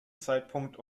zeitpunkt